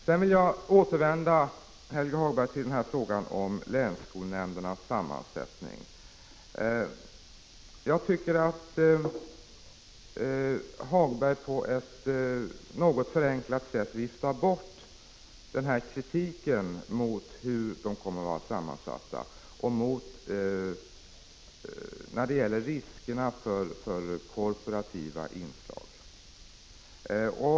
Sedan vill jag återvända till frågan om länsskolnämndernas sammansättning. Jag tycker att Hagberg på ett något förenklat sätt viftar bort kritiken mot deras sammansättning och de risker som uttalats för att det kan bli korporativa inslag.